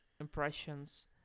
impressions